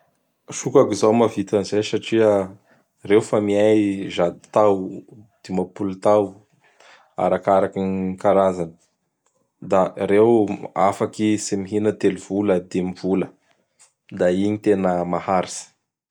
Sokaky izao mahavita an'izay satria ireo fa miay zato tao, dimampolo tao, arakaraky gn karazany. Da ireo afaky tsy mihina telo vola, dimy vola. Da i tena maharitsy.